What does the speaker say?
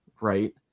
right